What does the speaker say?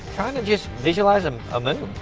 kind of just visualizing a moon.